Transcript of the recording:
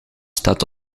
staat